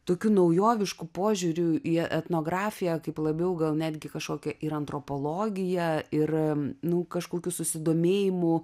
tokiu naujovišku požiūriu į etnografiją kaip labiau gal netgi kažkokią ir antropologiją ir nu kažkokiu susidomėjimu